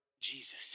Jesus